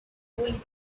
only